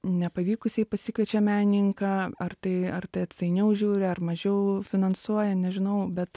nepavykusiai pasikviečia menininką ar tai ar tai atsainiau žiūri ar mažiau finansuoja nežinau bet